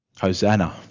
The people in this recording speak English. Hosanna